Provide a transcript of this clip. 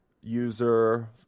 user